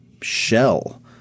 shell